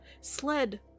sled